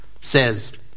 says